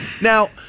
Now